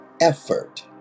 effort